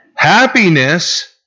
Happiness